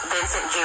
Vincent